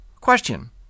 Question